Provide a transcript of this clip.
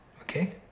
Okay